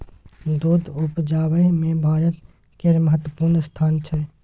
दूध उपजाबै मे भारत केर महत्वपूर्ण स्थान छै